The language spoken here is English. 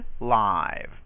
live